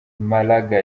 maraga